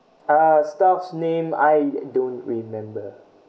uh staff's name I don't remember